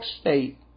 State